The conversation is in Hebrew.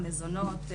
מזונות,